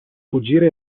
fuggire